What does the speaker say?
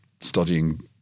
studying